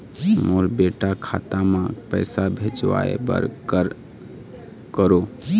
मोर बेटा खाता मा पैसा भेजवाए बर कर करों?